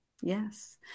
Yes